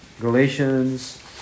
Galatians